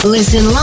Listen